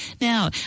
Now